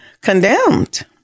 condemned